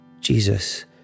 jesus